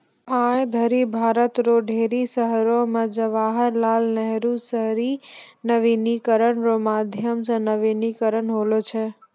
आय धरि भारत रो ढेरी शहरो मे जवाहर लाल नेहरू शहरी नवीनीकरण रो माध्यम से नवीनीकरण होलौ छै